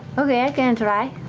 okay, i can try.